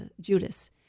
Judas